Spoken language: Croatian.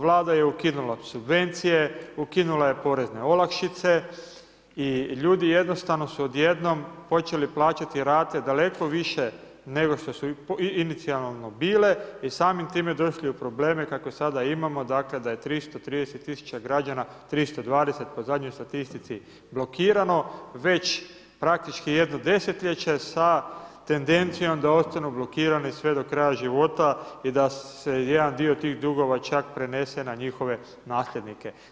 Vlada je ukinula subvencije, ukinula je porezne olakšice i ljudi su jednostavno odjednom počeli plaćati rate daleko više nego što su inicijalno bile i samim time došli u probleme kakve sada imamo dakle da je 330 tisuća građana, 320 po zadnjoj statistici blokirano već praktički jedno desetljeće sa tendencijom da ostanu blokirani sve do kraja života i da se jedan dio tih dugova čak prenese na njihove nasljednice.